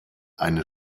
eine